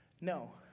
no